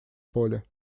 поле